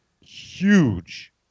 huge